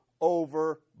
over